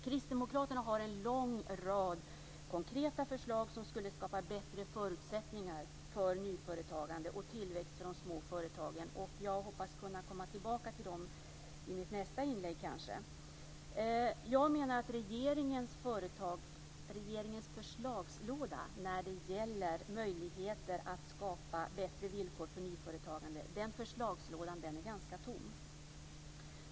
Kristdemokraterna har en lång rad konkreta förslag som skulle skapa bättre förutsättningar för nyföretagande och tillväxt för de små företagen. Jag hoppas kanske kunna komma tillbaka till dem i mitt nästa inlägg. Jag menar att regeringens förslagslåda när det gäller möjligheten att skapa bättre villkor för nyföretagande är ganska tom.